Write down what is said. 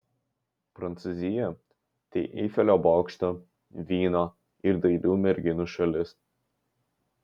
prancūzija tai eifelio bokšto vyno ir dailių merginų šalis